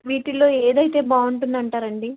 వీటిలో ఏదయితే బాగుంటుందని అంటారండి